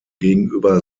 gegenüber